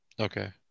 Okay